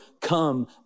come